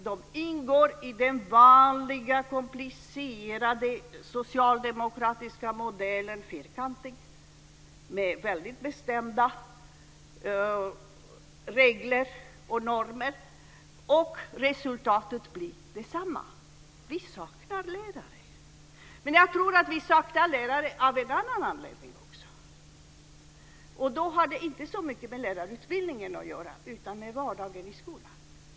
Det ingår i den vanliga, komplicerade socialdemokratiska modellen: fyrkantig, med väldigt bestämda regler och normer. Och resultatet blir detsamma: Vi saknar lärare. Men jag tror att vi saknar lärare av en annan anledning också. Då har det inte så mycket med lärarutbildningen att göra, utan med vardagen i skolan.